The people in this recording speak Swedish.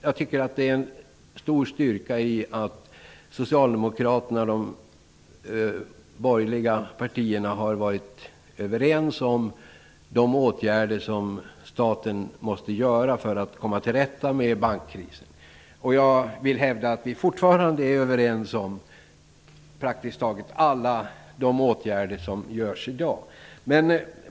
Jag tycker att det är en stor styrka att Socialdemokraterna och de borgerliga partierna har varit överens om de åtgärder som staten måste vidta för att komma till rätta med bankkrisen. Jag vill hävda att vi fortfarande är överens om praktiskt taget alla de åtgärder som vidtas i dag.